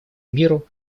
миру